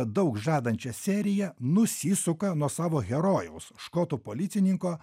daug žadančią seriją nusisuka nuo savo herojaus škoto policininko